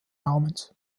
namens